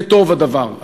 וטוב הדבר,